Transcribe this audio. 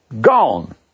Gone